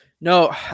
No